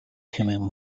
хэмээн